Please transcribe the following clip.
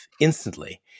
instantly